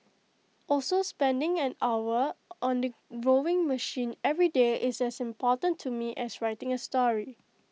also spending an hour on the rowing machine every day is as important to me as writing A story